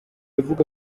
avuga